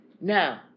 Now